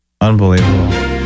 Unbelievable